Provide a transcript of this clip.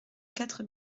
quatre